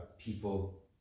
people